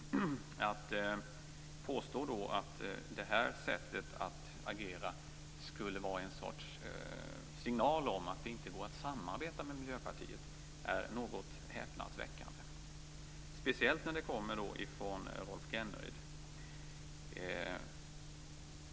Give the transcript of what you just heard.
Rolf Kenneryds påstående att vårt sätt att agera skulle vara en signal om att det inte går att samarbeta med Miljöpartiet är något häpnadsväckande, speciellt när det kommer från Rolf Kenneryd.